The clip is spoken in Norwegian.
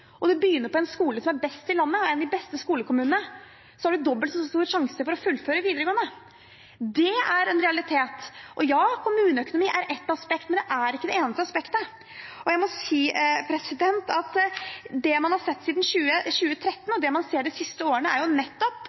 og begynner på en skole som er best i landet eller ligger i en av de beste skolekommunene, har man dobbelt så stor sjanse for å fullføre videregående. Det er en realitet. Ja, kommuneøkonomi er ett aspekt, men det er ikke det eneste aspektet. Og jeg må si at det man har sett siden 2013, det man har sett de siste årene, er nettopp